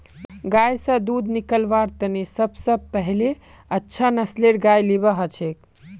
गाय स दूध निकलव्वार तने सब स पहिले अच्छा नस्लेर गाय लिबा हछेक